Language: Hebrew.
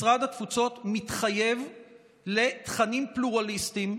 משרד התפוצות מתחייב לתכנים פלורליסטיים,